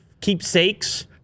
keepsakes